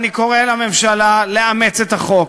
אני קורא לממשלה לאמץ את החוק.